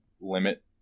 limit